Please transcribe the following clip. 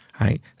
right